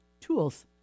tools